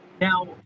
Now